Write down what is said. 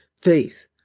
Faith